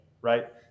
right